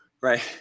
Right